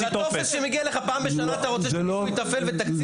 על הטופס שמגיע אליך פעם בשנה אתה רוצה תקציב לתפעול?